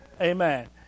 Amen